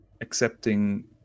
accepting